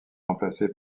remplacé